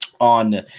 on